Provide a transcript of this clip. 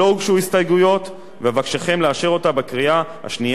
ואבקשכם לאשר אותה בקריאה השנייה ובקריאה השלישית.